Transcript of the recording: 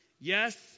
Yes